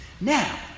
Now